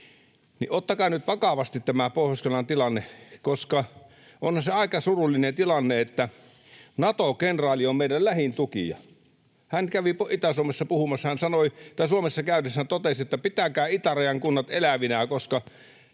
ottakaa nyt vakavasti tämä Pohjois-Karjalan tilanne, koska onhan se aika surullinen tilanne, että Nato-kenraali on meidän lähin tukija. Hän kävi Itä-Suomessa puhumassa. Hän totesi täällä Suomessa käydessään, että pitäkää itärajan kunnat elävinä, koska